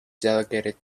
delegated